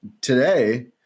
today